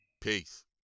Peace